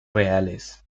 reales